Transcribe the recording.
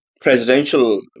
presidential